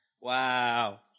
wow